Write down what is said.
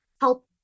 help